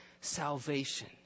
salvation